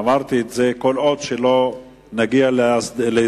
אמרתי את זה: כל עוד לא נגיע להסדר